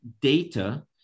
data